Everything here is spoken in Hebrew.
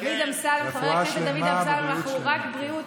דוד אמסלם, חבר הכנסת דוד אמסלם, רק בריאות.